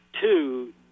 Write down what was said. two